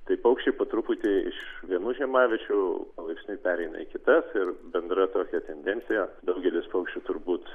tai paukščiai po truputį iš vienų žiemaviečių palaipsniui pereina į kitas ir bendra tokia tendencija daugelis paukščių turbūt